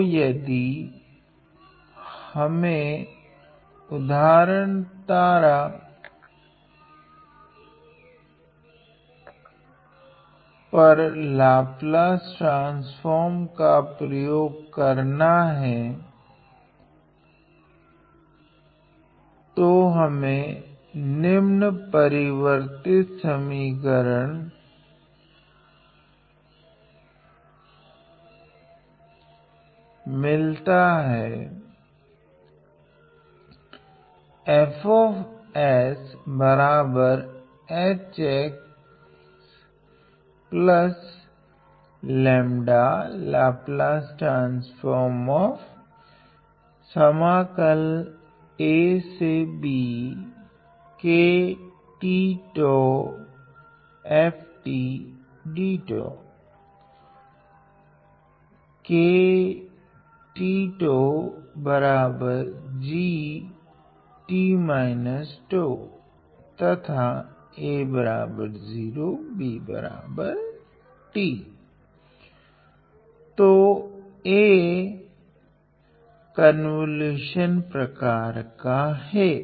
तो यदि हमे उदाहरण तारा पर लाप्लास ट्रान्स्फ़ोर्म का प्रयोग करना है तो हमे निम्न परिवर्तित समीकरण मिलते है तथा a 0 b t तो A कोंवोलुशन प्रकार का है